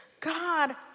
God